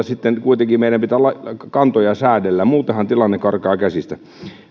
sitten kuitenkin meidän pitää säädellä muutenhan tilanne karkaa käsistä